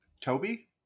Toby